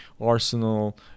Arsenal